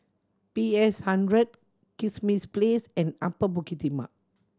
P S Hundred Kismis Place and Upper Bukit Timah